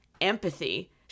empathy